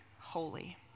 holy